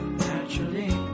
naturally